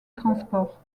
transport